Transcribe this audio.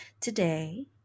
Today